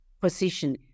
position